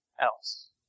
else